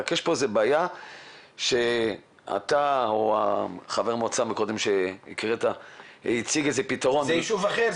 אבל יש פה בעיה שאתה או חבר מועצה שהקראת -- זה יישוב אחר,